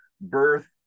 birth